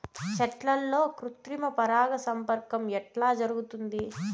చెట్లల్లో కృత్రిమ పరాగ సంపర్కం ఎట్లా జరుగుతుంది?